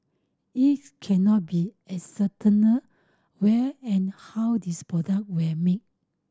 it cannot be ascertained where and how these product were made